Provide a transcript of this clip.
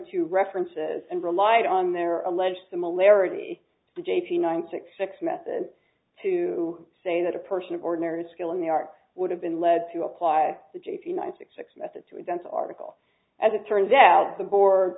two references and relied on their alleged similarity to j p ninety six six method to say that a person of ordinary skill in the art would have been led to apply the g p nine six six method to advance article as it turns out the bo